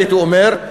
הייתי אומר.